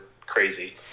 crazy